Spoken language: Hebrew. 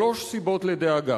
שלוש סיבות לדאגה: